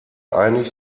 einig